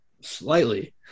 Slightly